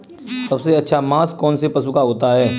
सबसे अच्छा मांस कौनसे पशु का होता है?